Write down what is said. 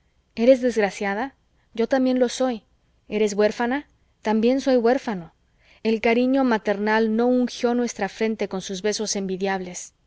eres desgraciada yo también lo soy eres huérfana también soy huérfano el cariño maternal no ungió nuestra frente con sus besos envidiables